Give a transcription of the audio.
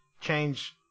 change